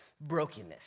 brokenness